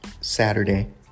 Saturday